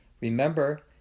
Remember